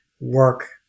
work